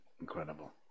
Incredible